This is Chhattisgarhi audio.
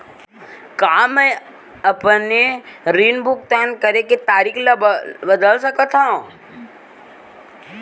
का मैं अपने ऋण भुगतान करे के तारीक ल बदल सकत हो?